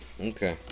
Okay